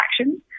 actions